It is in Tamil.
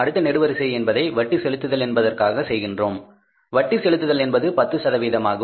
அடுத்த நெடுவரிசை என்பதை வட்டி செலுத்துதல் என்பதற்காக செய்கின்றோம் வட்டி செலுத்துதல் என்பது 10 சதவீதமாகும்